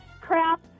crap